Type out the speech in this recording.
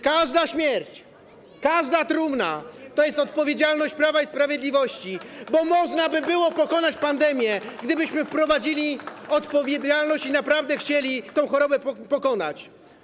Każda śmierć, każda trumna to jest odpowiedzialność Prawa i Sprawiedliwości, bo można by było pokonać pandemię, gdybyśmy wprowadzili odpowiedzialność i naprawdę chcieli tą chorobę pokonać.